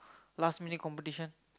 last minute competition